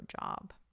job